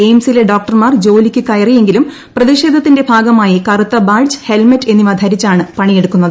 എയിംസിലെ ഡോക്ടർമാർ ജോലിക്ക് കയറിയെങ്കിലും പ്രതിഷേധത്തിന്റെ ഭാഗമായി കറുത്ത ബാഡ്ജ് ഹെൽമെറ്റ് എന്നിവ ധരിച്ചാണ് പണിയെടുക്കുന്നത്